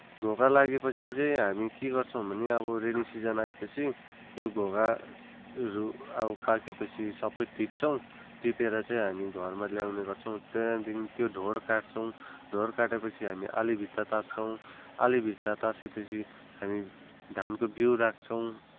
घोगा लागेपछि चाहिँ हामी के गर्छौँ भने अब रेनी सिजन आएपछि यो घोगाहरू अब पाकेपछि सबै टिप्छौँ टिपेर चाहिँ हामी घरमा ल्याउने गर्छौँ त्यहाँदेखि त्यो ढोड काट्छौँ ढोड काटेपछि हामी आली भित्ता तास्छौँ आली भित्ता ताछेपछि हामी धानको बिउँ राख्छौँ